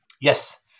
Yes